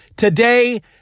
Today